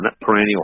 perennial